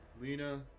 Lena